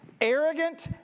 Arrogant